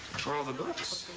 are all the books?